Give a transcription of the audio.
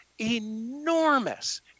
enormous